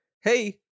Hey